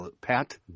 Pat